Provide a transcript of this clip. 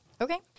Okay